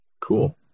Cool